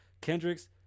Kendrick's